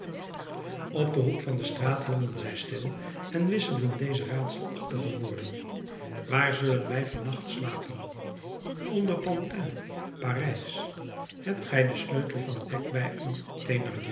op den hoek van de straat hielden zij stil en wisselden deze raadselachtige woorden waar zullen wij van nacht slapen onder pantin parijs hebt gij den sleutel van het hek bij u